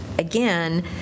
again